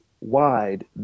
wide